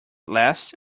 last